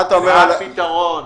מה הפתרון?